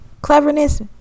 cleverness